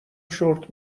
شرت